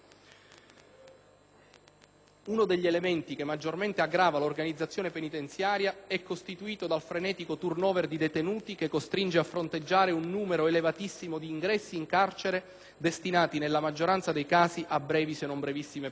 Uno degli elementi che maggiormente aggrava l'organizzazione penitenziaria è costituito dal frenetico *turn over* di detenuti, che costringe a fronteggiare un numero elevatissimo di ingressi in carcere destinati, nella maggioranza dei casi, a brevi, se non brevissime, permanenze.